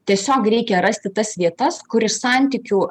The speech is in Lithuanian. tiesiog reikia rasti tas vietas kur iš santykių